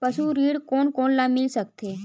पशु ऋण कोन कोन ल मिल सकथे?